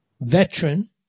veteran